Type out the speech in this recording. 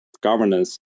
governance